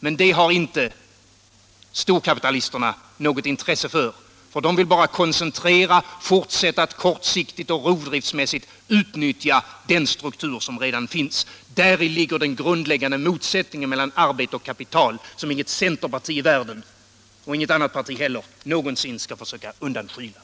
Men det har inte storkapitalisterna något intresse för. De vill bara koncentrera, fortsätta att kortsiktigt och rovdriftsmässigt utnyttja den struktur som redan finns. Däri ligger den grundläggande motsättningen mellan arbete och kapital, som inget centerparti i världen, och inget annat parti heller, någonsin skall försöka överskyla.